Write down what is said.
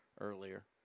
earlier